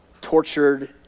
tortured